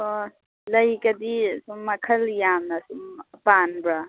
ꯑꯣ ꯂꯩꯒꯗꯤ ꯁꯨꯝ ꯃꯈꯜ ꯌꯥꯝꯅ ꯁꯨꯝ ꯄꯥꯟꯕ꯭ꯔꯥ